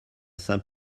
saint